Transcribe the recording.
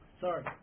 Sorry